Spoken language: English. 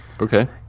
Okay